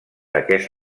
aquest